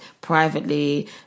privately